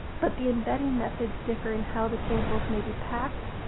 but the embedding methods differ in how the samples may be packed,